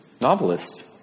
novelist